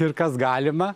ir kas galima